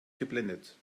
geblendet